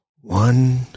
One